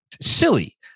silly